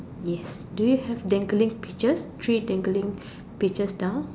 ya do you have dangling peaches three dangling peaches down